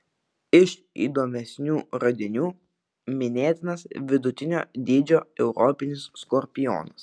iš įdomesnių radinių minėtinas vidutinio dydžio europinis skorpionas